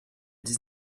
dix